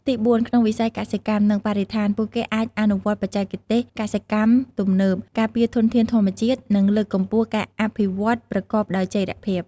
ទីបួន ក្នុងវិស័យកសិកម្ម និងបរិស្ថាន ពួកគេអាចអនុវត្តបច្ចេកទេសកសិកម្មទំនើប ការពារធនធានធម្មជាតិ និងលើកកម្ពស់ការអភិវឌ្ឍន៍ប្រកបដោយចីរភាព។